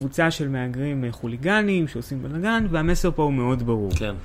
קבוצה של מהגרים חוליגניים שעושים בלאגן, והמסר פה הוא מאוד ברור.